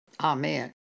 Amen